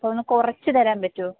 അപ്പോൾ ഒന്നു കുറച്ചു തരാൻ പറ്റുമോ